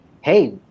hey